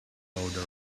loader